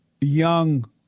young